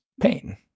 pain